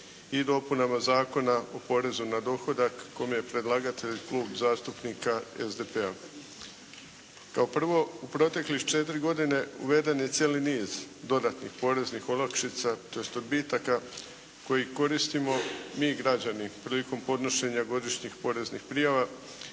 i dopunama Zakona o porezu na dohodak kome je predlagatelj Klub zastupnika SDP-a. Kao prvo, u proteklih četiri godine uveden je cijeli niz dodatni poreznih olakšica, tj. odbitaka koji koristimo mi građani prilikom podnošenja godišnjih poreznih prijava